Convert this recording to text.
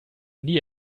nie